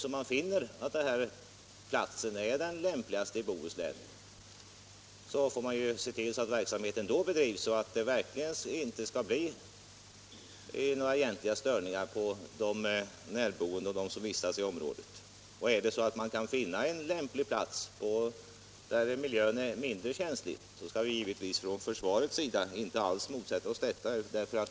Om man finner att den här platsen är den lämpligaste i Bohuslän får vi se till att verksamheten bedrivs så att det inte blir några egentliga störningar för de närboende och sådana som vistas i området. Kan man finna en lämplig plats där miljön är mindre känslig skall vi givetvis från försvarets sida inte alls motsätta oss detta.